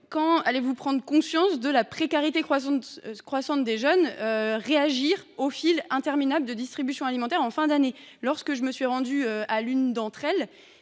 quand allez vous prendre conscience de la précarité croissante des jeunes et réagir aux files interminables devant les distributions alimentaires en fin d’année ? Lorsque je me suis rendue à l’une d’elles,